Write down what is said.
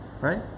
right